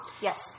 Yes